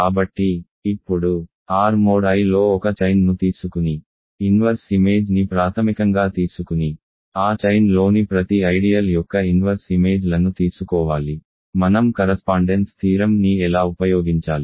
కాబట్టి ఇప్పుడు R mod Iలో ఒక చైన్ ను తీసుకుని ఇన్వర్స్ ఇమేజ్ ని ప్రాథమికంగా తీసుకుని ఆ చైన్ లోని ప్రతి ఐడియల్ యొక్క ఇన్వర్స్ ఇమేజ్ లను తీసుకోవాలి మనం కరస్పాండెన్స్ థీరం ని ఎలా ఉపయోగించాలి